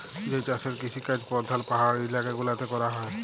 যে চাষের কিসিকাজ পরধাল পাহাড়ি ইলাকা গুলাতে ক্যরা হ্যয়